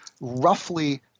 roughly